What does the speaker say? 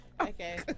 okay